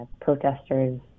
protesters